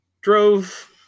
Drove